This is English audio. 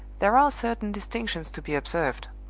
there are certain distinctions to be observed.